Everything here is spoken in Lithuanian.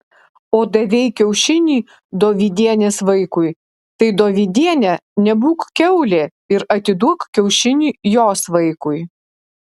o davei kiaušinį dovydienės vaikui tai dovydiene nebūk kiaulė ir atiduok kiaušinį jos vaikui